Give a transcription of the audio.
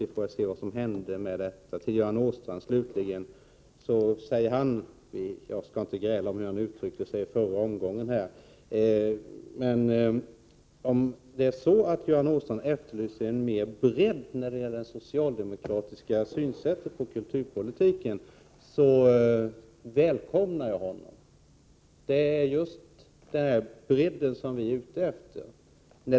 Vi får väl se vad som händer. Jag skall inte gräla med Göran Åstrand om hur han uttryckte sig. Om Göran Åstrand efterlyser mer bredd när det gäller det socialdemokratiska synsättet på kulturpolitiken, så välkomnar jag honom. Det är just bredden vi är ute efter.